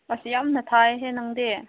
ꯑꯁꯤ ꯌꯥꯝꯅ ꯊꯥꯏꯍꯦ ꯅꯪꯗꯤ